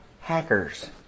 hackers